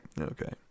okay